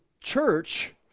church